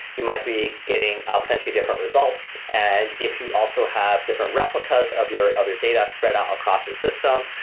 you might be getting ah plenty different results. and if you also have different replicas of your of your data spread out across your system.